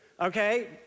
Okay